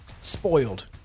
spoiled